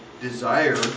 desire